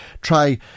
Try